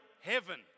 heaven